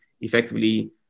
effectively